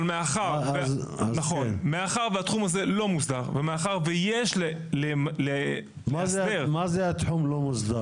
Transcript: מאחר והתחום הזה לא מאוסדר -- מה זה "התחום לא מאוסדר"?